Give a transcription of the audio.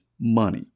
money